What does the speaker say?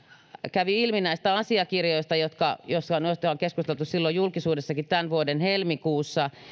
kävi ilmi näistä asiakirjoista joista on joista on keskustelu julkisuudessakin tämän vuoden helmikuussa